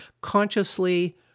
consciously